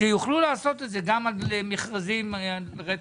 שיוכלו לעשות את זה גם על מכרזים רטרואקטיביים.